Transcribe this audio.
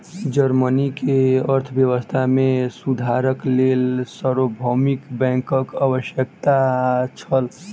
Germany के अर्थव्यवस्था मे सुधारक लेल सार्वभौमिक बैंकक आवश्यकता छल